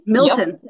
Milton